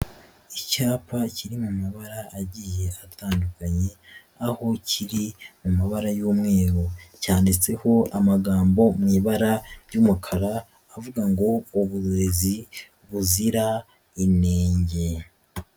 Icyapa kiri mu mabara agiye atandukanye aho kiri mu mabara y'umweru, cyanditseho amagambo ari mu ibara ry'umukara avuga ngo uburezi buzira inenge.